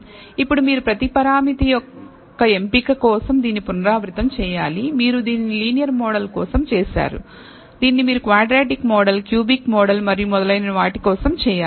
ఇప్పుడు మీరు ప్రతి పరామితి యొక్క ఎంపిక కోసం దీన్ని పునరావృతం చేయాలి మీరు దీనిని లీనియర్ మోడల్ కోసం చేశారుదీనిని మీరు క్వాడ్రాటిక్ మోడల్ క్యూబిక్ మోడల్ మరియు మొదలైన వాటి కోసం చేయాలి